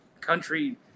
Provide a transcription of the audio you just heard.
country